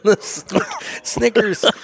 Snickers